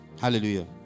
Hallelujah